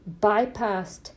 bypassed